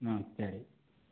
ஆ சரி